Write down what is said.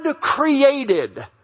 created